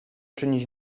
czynić